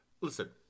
Listen